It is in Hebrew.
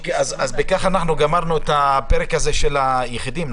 בכך סיימנו את הפרק הזה של יחידים.